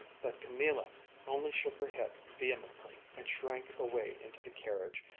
but camilla only shook her head vehemently and shrank away into the carriage,